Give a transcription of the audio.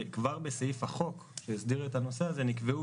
כבר בסעיף החוק שהסדיר את הנושא הזה נקבעו